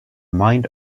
mind